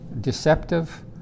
deceptive